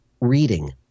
reading